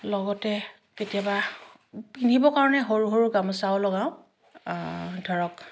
লগতে কেতিয়াবা পিন্ধিব কাৰণে সৰু সৰু গামোচাও লগাওঁ ধৰক